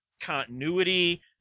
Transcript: continuity